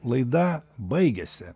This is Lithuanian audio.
laida baigiasi